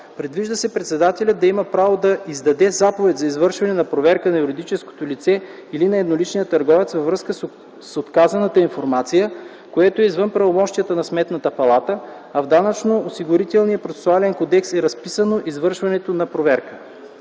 Предвижда се председателят да има право да издаде заповед за извършване на проверка на юридическото лице или на едноличния търговец във връзка с отказаната информация, което е извън правомощията на Сметната палата, а в Данъчно-осигурителния процесуален кодекс е разписано извършването на проверка.